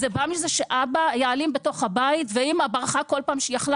זה בא מזה שאבא היה אלים בתוך הבית ואמא ברחה כל פעם שהיא יכלה